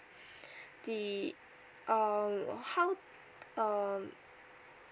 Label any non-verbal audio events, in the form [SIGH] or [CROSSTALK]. [BREATH] the um how um